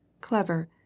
clever